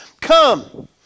Come